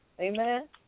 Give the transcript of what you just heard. Amen